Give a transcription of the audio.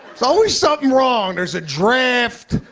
there's always something wrong. there's a draft.